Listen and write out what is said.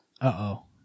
Uh-oh